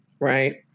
right